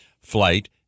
flight